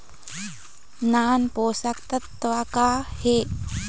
नान पोषकतत्व का हे?